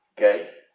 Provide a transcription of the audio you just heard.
Okay